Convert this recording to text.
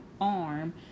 arm